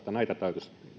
näitä täytyisi